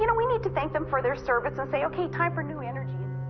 you know we need to thank them for their service, and say, okay, time for new energy.